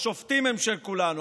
השופטים הם של כולנו,